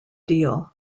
deal